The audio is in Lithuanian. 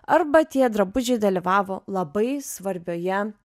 arba tie drabužiai dalyvavo labai svarbioje